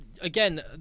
again